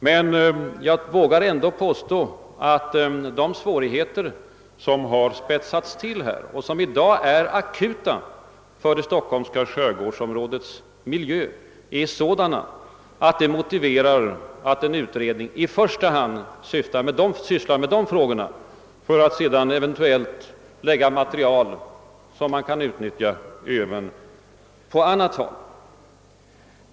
Men jag vågar ändå påstå att de svårigheter, som har spetsas till och i dag är akuta för det stockholmska skärgårdsområdets miljö, är sådana att de motiverar att en utredning i första hand sysslar med dem och att utredningsmaterialet sedan utnyttjas även på annat håll.